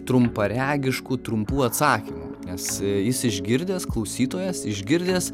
trumparegiškų trumpų atsakymų nes jis išgirdęs klausytojas išgirdęs